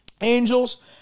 Angels